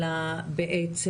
אלא בעצם.